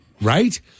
Right